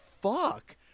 fuck